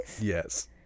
Yes